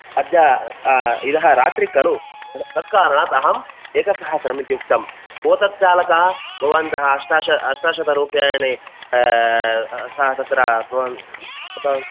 अद्य इतः रात्रि खलु तत् तत्कारणात् अहम् एकसहस्रम् इत्युक्तं को तत् चालका भवन्तः अष्टाशत अष्टशत रूप्यकाणि स तत्र भवान् गतवान्